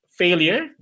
failure